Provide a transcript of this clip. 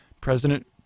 President